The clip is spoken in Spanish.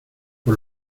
por